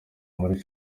muri